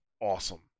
awesome